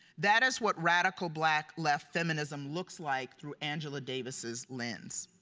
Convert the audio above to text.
that is what radical, black, left, feminism looks like through angela davis' lens.